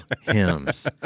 hymns